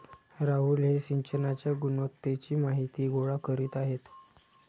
राहुल हे सिंचनाच्या गुणवत्तेची माहिती गोळा करीत आहेत